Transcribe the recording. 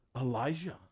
Elijah